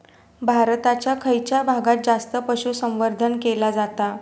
भारताच्या खयच्या भागात जास्त पशुसंवर्धन केला जाता?